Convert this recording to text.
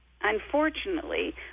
unfortunately